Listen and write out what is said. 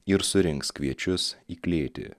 ir surinks kviečius į klėtį